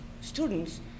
students